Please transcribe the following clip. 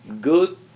good